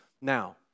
Now